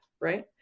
right